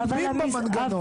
פוגעים במנגנון.